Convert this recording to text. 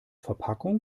verpackung